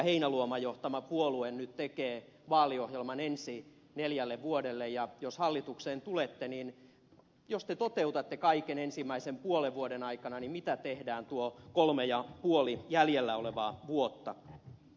heinäluoman johtama puolue nyt tekee vaaliohjelman neljälle ensi vuodelle ja jos hallitukseen tulette jos te toteutatte kaiken ensimmäisen puolen vuoden aikana mitä tehdään tuo kolme ja puoli jäljellä olevaa vuotta